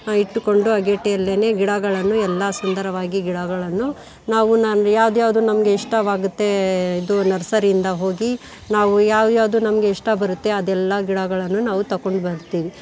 ಇಟ್ಟುಕೊಂಡು ಅಗೇಡಿಯಲ್ಲೇನೇ ಗಿಡಗಳನ್ನು ಎಲ್ಲ ಸುಂದರವಾಗಿ ಗಿಡಗಳನ್ನು ನಾವು ನಾನು ಯಾವ್ದ್ಯಾವ್ದು ನಮಗೆ ಇಷ್ಟವಾಗತ್ತೆ ಇದು ನರ್ಸರಿಯಿಂದ ಹೋಗಿ ನಾವು ಯಾವ್ಯಾವ್ದು ನಮಗೆ ಇಷ್ಟ ಬರುತ್ತೆ ಅದೆಲ್ಲ ಗಿಡಗಳನ್ನು ನಾವು ತಗೊಂಡು ಬರ್ತೀವಿ